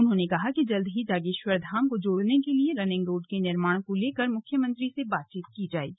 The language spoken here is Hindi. उन्होंने कहा कि जल्द ही जागेश्वर धाम को जोड़ने के लिए रनिंग रोड के निर्माण को लेकर मुख्यमंत्री से वार्ता की जाएगी